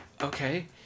Okay